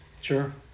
Sure